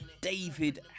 David